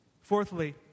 Fourthly